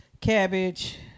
cabbage